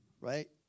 right